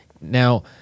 Now